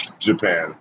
Japan